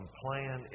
plan